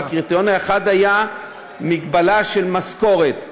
וקריטריון אחד היה מגבלה של משכורת,